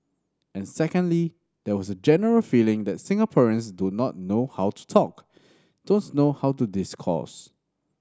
and secondly there was a general feeling that Singaporeans do not know how to talk don't know how to discourse